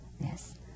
Yes